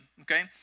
okay